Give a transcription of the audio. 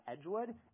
Edgewood